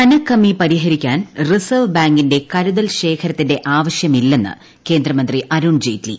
ധനക്കമ്മി പരിഹരിക്കാൻ റിസർവ് ബാങ്കിന്റെ കരുതൽ ശേഖരത്തിന്റെ ആവശ്യമില്ലെന്ന് ക്ലേന്ദ്രമന്ത്രി അരുൺ ജെയ്റ്റ്ലി